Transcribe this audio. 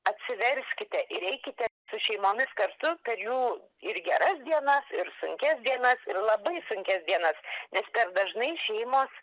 atsiverskite ir eikite su šeimomis kartu per jų ir geras dienas ir sunkias dienas ir labai sunkias dienas nes dažnai šeimos